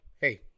hey